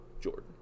Jordan